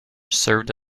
served